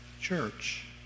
Church